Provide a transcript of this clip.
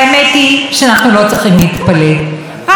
רק לפני כמה שעות עמד פה ראש הממשלה,